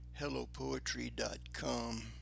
HelloPoetry.com